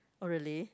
oh really